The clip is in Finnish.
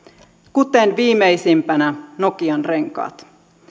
kuten viimeisimpänä nokian renkaat